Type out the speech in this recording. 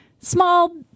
Small